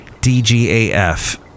DGAF